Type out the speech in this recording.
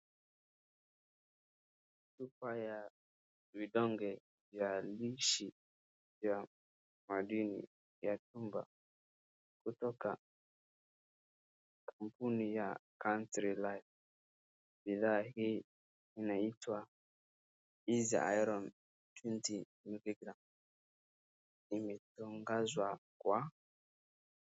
Chupa ya vidonge vya lishe ya madini ya chuma kutoka kampuni ya Country Life . Bidhaa hii inaitwa Easy Iron twenty milligram . Imetungazwa kwa.